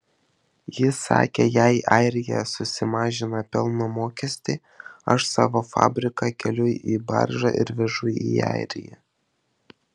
jis sakė jei airija susimažina pelno mokestį aš savo fabriką keliu į baržą ir vežu į airiją